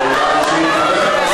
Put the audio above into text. הודעה אישית.